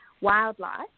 wildlife